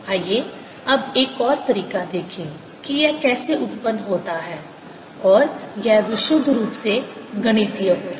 आइए अब एक और तरीका देखें कि यह कैसे उत्पन्न होता है और यह विशुद्ध रूप से गणितीय होगा